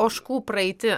ožkų praeiti